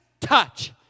touch